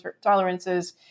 tolerances